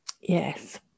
yes